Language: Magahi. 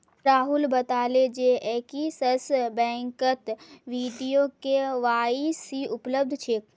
राहुल बताले जे एक्सिस बैंकत वीडियो के.वाई.सी उपलब्ध छेक